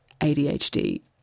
ADHD